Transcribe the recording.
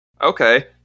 Okay